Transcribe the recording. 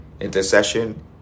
intercession